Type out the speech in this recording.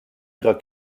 ihrer